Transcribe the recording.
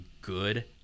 good